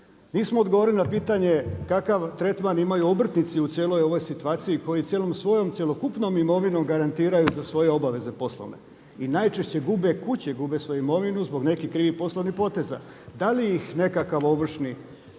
Nismo odgovorili na pitanje kakav tretman imaju obrtnici u cijeloj ovoj situaciji koji cijelom svojom cjelokupnom imovinom garantiraju za svoje obaveze poslovne. I najčešće gube kuće, gube svoju imovinu zbog nekih krivih poslovnih poteza. Da li ih nekakav ovršni,